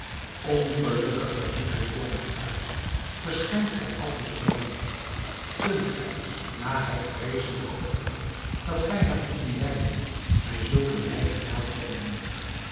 ongelukkige riep hij toornig uit verschijnt gij aldus voor mij kunt gij na het vreeselijke offer dat gij hebt moeten brengen mij zulk een blij gelaat toonen